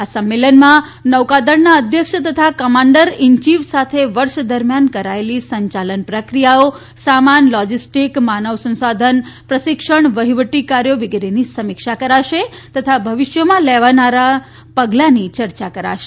આ સંમેલનમાં નૌકાદળના અધ્યક્ષ કમાન્ડર ઇન ચીફ સાથે વર્ષ દરમિયાન કરાયેલી સંચાલન પ્રક્રિયાઓ સામાન લોજીસ્ટીક માનવ સંસાધન પ્રશિક્ષણ વહીવટી કાર્યોની સમીક્ષા કરશે તથા ભવિષ્યમાં લેવાનારા પગલાની ચર્ચા કરશે